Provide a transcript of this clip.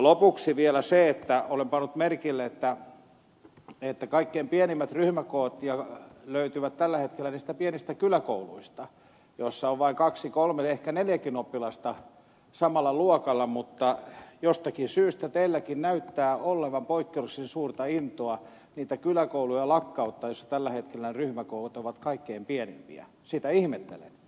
lopuksi vielä se että olen pannut merkille että kaikkein pienimmät ryhmäkoot löytyvät tällä hetkellä niistä pienistä kyläkouluista jossa on vain kaksi kolme ehkä neljäkin oppilasta samalla luokalla mutta jostakin syystä teilläkin näyttää olevan poikkeuksellisen suurta intoa niitä kyläkouluja lakkauttaa joissa tällä hetkellä ryhmäkoot ovat kaikkein pienempiä